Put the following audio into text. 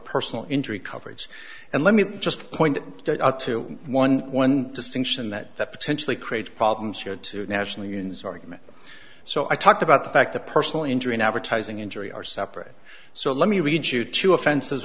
personal injury coverage and let me just point to one one distinction that that potentially creates problems here to national units argument so i talked about the fact that personal injury and advertising injury are separate so let me read you two offenses